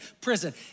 prison